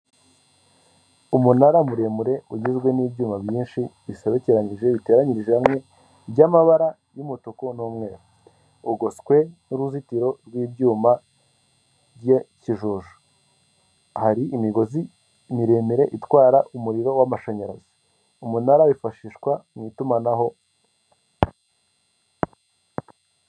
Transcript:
Umunara muremure ugizwe n'ibyuma byinshi bisobekeranije biteranyirije hamwe by'amabara y'umutuku n'umweru, ugoswe n'uruzitiro rw'ibyuma by'ikijuju, hari imigozi miremire itwara umuriro w'amashanyarazi, umunara wifashishwa mu itumanaho.